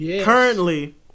currently